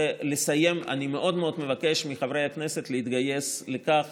אני מאוד מאוד מבקש מחברי הכנסת להתגייס לכך